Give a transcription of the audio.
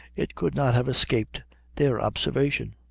it could not have escaped their observation.